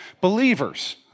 believers